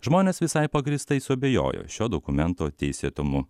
žmonės visai pagrįstai suabejojo šio dokumento teisėtumu